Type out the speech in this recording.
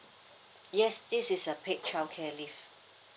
yes this is a paid childcare leave